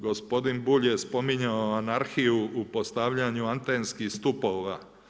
Gospodin Bulj je spominjao anarhiju u postavljanju atenskih stupova.